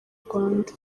rwanda